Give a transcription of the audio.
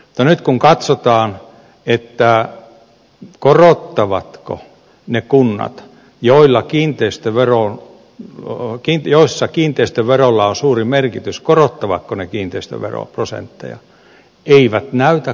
mutta nyt kun katsotaan korottavatko ne kunnat joissa kiinteistöverolla on suuri merkitys kiinteistöveroprosenttejaan eivät näytä korottavan